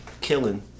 killing